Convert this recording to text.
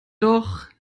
doch